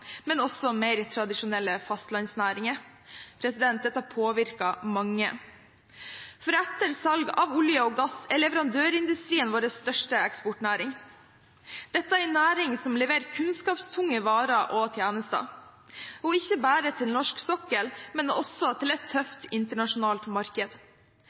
men også mer tradisjonelle fastlandsnæringer. Dette påvirker mange, for etter salg av olje og gass er leverandørindustrien vår største eksportnæring. Dette er en næring som leverer kunnskapstunge varer og tjenester, og ikke bare til norsk sokkel, men også til et tøft internasjonalt marked.